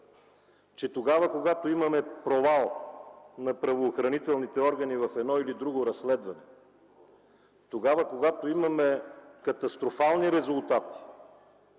че тогава, когато имаме провал на правоохранителните органи в едно или друго разследване; когато имаме катастрофални резултати